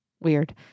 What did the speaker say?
Weird